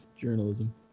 journalism